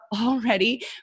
already